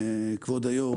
כבוד היו"ר,